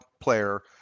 player